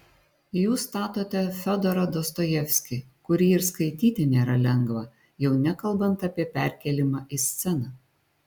jūs statote fiodorą dostojevskį kurį ir skaityti nėra lengva jau nekalbant apie perkėlimą į sceną